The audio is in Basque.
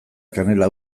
kanela